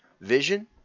vision